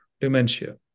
dementia